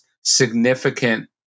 significant